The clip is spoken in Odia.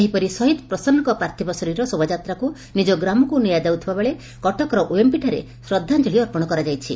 ସେହିପରି ଶହୀଦ ପ୍ରସନ୍ନଙ୍କ ପାର୍ଥିବ ଶରୀର ଶୋଭାଯାତ୍ରାକୁ ନିକ ଗ୍ରାମକୁ ଦିଆଯାଉଥିବାବେଳେ କଟକର ଓଏମ୍ପିଠାରେ ଶ୍ରଦ୍ଧାଞଳି ଅର୍ପଣ କରାଯାଇଛି